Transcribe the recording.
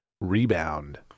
REBOUND